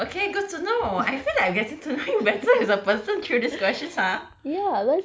okay good to know I feel like I'm getting to know you better as a person through these questions ah